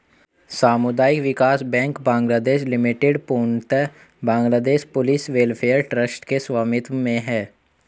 सामुदायिक विकास bank Bangladesh limited पूर्णतः बांग्लादेश पुलिस वेलफेयर ट्रस्ट के स्वामित्व में है